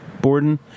Borden